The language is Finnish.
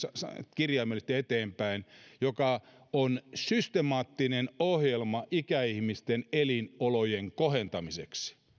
kirjaimellisesti eteenpäin joka on systemaattinen ohjelma ikäihmisten elinolojen kohentamiseksi